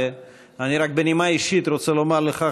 ואני בנימה אישית רק רוצה לומר לך,